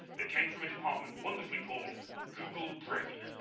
that came from a department wonderfully called, google brain